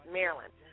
Maryland